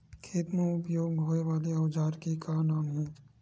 खेत मा उपयोग होए वाले औजार के का नाम हे?